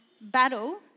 battle